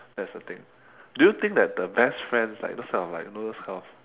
that's the thing do you think that the best friends like those kind like you know those kind of